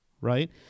right